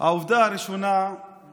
העובדה הראשונה היא